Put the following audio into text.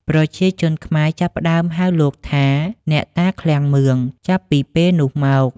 ប្រជាជនខ្មែរចាប់ផ្ដើមហៅលោកថា «អ្នកតាឃ្លាំងមឿង» ចាប់ពីពេលនោះមក។